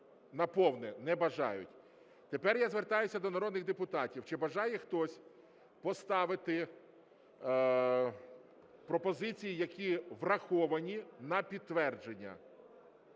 на повне? Не бажають. Тепер я звертаюся до народних депутатів, чи бажає хтось поставити пропозиції, які враховані, на підтвердження?